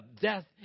death